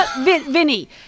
Vinny